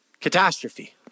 Catastrophe